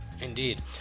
Indeed